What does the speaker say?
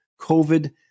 COVID